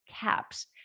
CAPS